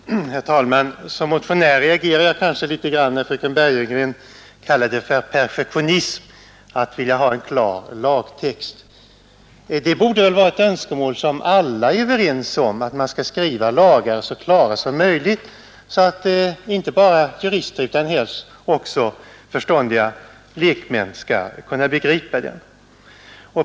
Herr talman! Som motionär reagerar jag litet när fröken Bergegren kallar det för perfektionism att vilja ha en klar lagtext. Alla borde väl kunna vara överens om att vi skall skriva lagar som är så klara som möjligt, så att inte bara jurister utan helst också förståndiga lekmän kan begripa dem.